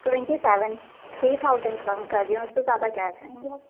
twenty seven three thousand कम कर रही हूँ उससे ज़्यादा क्या है अब